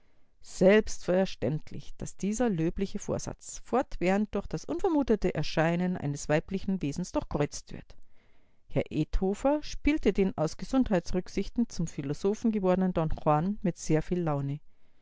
selbstverständlich daß dieser löbliche vorsatz fortwährend durch das unvermutete erscheinen eines weiblichen wesens durchkreuzt wird herr edthofer spielte den aus gesundheitsrücksichten zum philosophen gewordenen don juan mit sehr viel laune